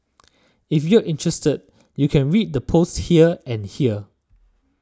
if you're interested you can read the posts here and here